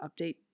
update